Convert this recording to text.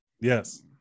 Yes